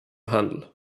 handel